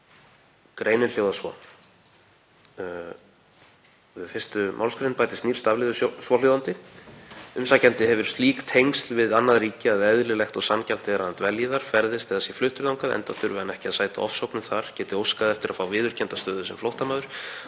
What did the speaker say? Greinin hljóðar svo: „Við 1. mgr. bætist nýr stafliður, svohljóðandi: umsækjandi hefur slík tengsl við annað ríki að eðlilegt og sanngjarnt er að hann dvelji þar, ferðist eða sé fluttur þangað enda þurfi hann ekki að sæta ofsóknum þar, geti óskað eftir að fá viðurkennda stöðu sem flóttamaður